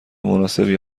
مناسبی